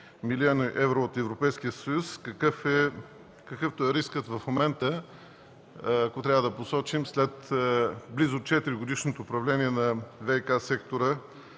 милиони евро от Европейския съюз, какъвто в момента е рискът, ако трябва да посочим, след близо четиригодишното управление на ВиК сектора